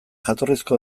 jatorrizko